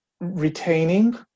retaining